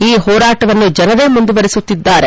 ಈ ಹೋರಾಟವನ್ನು ಜನರೇ ಮುಂದುವರೆಸುತ್ತಿದ್ಲಾರೆ